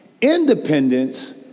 Independence